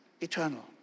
eternal